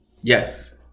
Yes